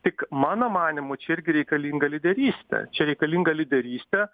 tik mano manymu čia irgi reikalinga lyderystė čia reikalinga lyderystė